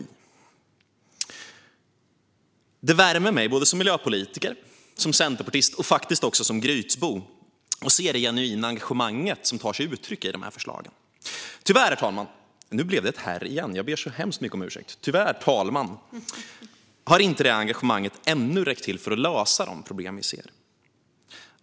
De värmer mig som miljöpolitiker, som centerpartist och som Grytsbo att se det genuina engagemang som tar sig uttryck i dessa förslag. Tyvärr, fru talman, har engagemanget ännu inte räckt till för att lösa de problem vi ser.